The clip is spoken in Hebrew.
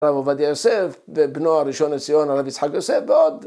הרב עובדיה יוסף, ובנו הראשון לציון הרב יצחק יוסף ועוד.